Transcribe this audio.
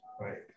Right